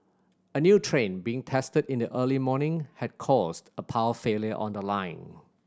a new train being tested in the early morning had caused a power failure on the line